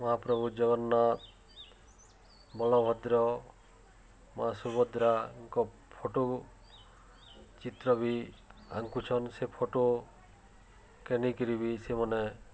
ମହାପ୍ରଭୁ ଜଗନ୍ନାଥ ବଳଭଦ୍ର ମା' ସୁଭଦ୍ରାଙ୍କ ଫଟୋ ଚିତ୍ର ବି ଆଙ୍କୁୁଛନ୍ ସେ ଫଟୋକେ ନିକିରି ବି ସେମାନେ